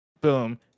Boom